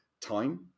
time